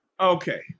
Okay